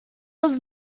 was